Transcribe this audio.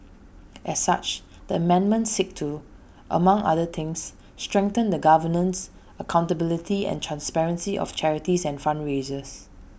as such the amendments seek to among other things strengthen the governance accountability and transparency of charities and fundraisers